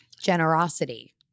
Generosity